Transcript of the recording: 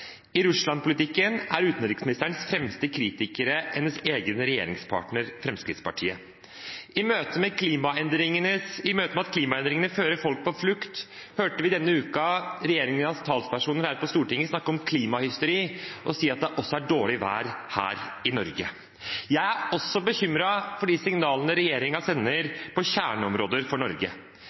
er utenriksministerens fremste kritikere hennes egen regjeringspartner Fremskrittspartiet. I møte med at klimaendringene fører folk på flukt, hørte vi denne uka regjeringens talspersoner her på Stortinget snakke om «klimahysteri» og si at det også er dårlig vær her i Norge. Jeg er også bekymret for de signalene regjeringen sender på kjerneområder for Norge: